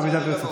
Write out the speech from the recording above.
אם הם ירצו.